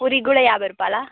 పూరీకి కూడా యాభై రూపాయల